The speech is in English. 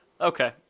Okay